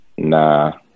Nah